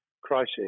crisis